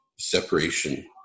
Separation